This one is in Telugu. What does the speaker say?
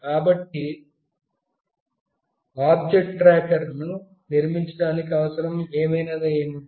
కాబట్టి ఆబ్జెక్ట్ ట్రాకర్ను నిర్మించడానికి అవసరం అయినది ఏమిటి